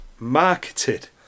Marketed